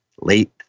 late